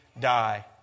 die